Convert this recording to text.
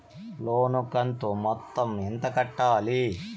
లోను కంతు మొత్తం ఎంత కట్టాలి?